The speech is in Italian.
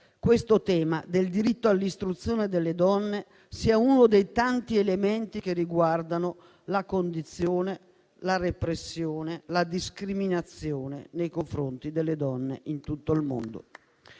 il tema del diritto all'istruzione delle donne sia uno dei tanti elementi che riguardano la condizione, la repressione e la discriminazione nei confronti delle donne in tutto il mondo.